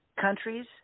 countries